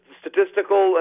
statistical